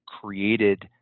created